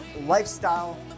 Lifestyle